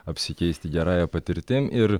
apsikeisti gerąja patirtim ir